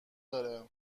داره